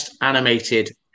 animated